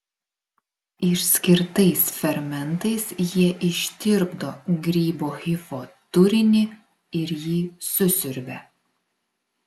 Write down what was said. išskirtais fermentais jie ištirpdo grybo hifo turinį ir jį susiurbia